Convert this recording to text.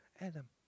Adam